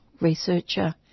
researcher